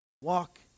Walk